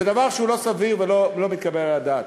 זה דבר שהוא לא סביר ולא מתקבל על הדעת.